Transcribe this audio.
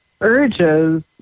urges